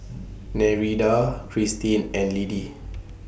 Nereida Kristin and Liddie